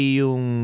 yung